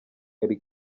kelly